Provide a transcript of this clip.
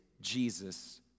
Jesus